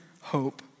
hope